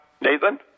Nathan